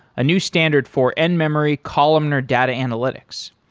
a new standard for in-memory columnar data analytics.